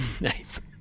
Nice